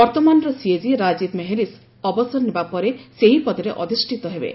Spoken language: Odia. ବର୍ତ୍ତମାନର ସିଏଜି ରାଜୀବ ମେହେରିଶି ଅବସର ନେବା ପରେ ସେହି ପଦରେ ଅଧିଷ୍ଠିତ ହେବେ